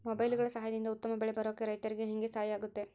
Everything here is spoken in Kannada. ಮೊಬೈಲುಗಳ ಸಹಾಯದಿಂದ ಉತ್ತಮ ಬೆಳೆ ಬರೋಕೆ ರೈತರಿಗೆ ಹೆಂಗೆ ಸಹಾಯ ಆಗುತ್ತೆ?